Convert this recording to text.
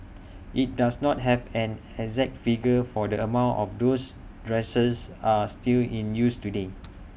IT does not have an exact figure for the amount of those dressers are still in use today